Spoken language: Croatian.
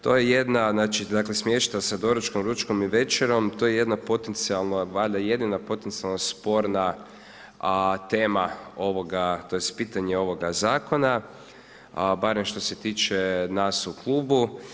To je jedna, znači dakle smještaj sa doručkom, ručkom i večerom, to je jedna potencijalna, valjda i jedina potencijalno sporna tema ovoga tj. pitanje ovoga zakona, barem što se tiče nas u klubu.